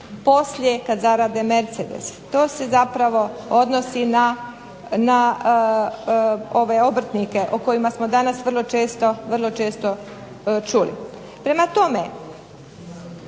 poslije kad zarade Mercedes. To se zapravo odnosi na ove obrtnike o kojima smo danas vrlo često čuli. Prema tome,